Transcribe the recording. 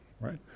right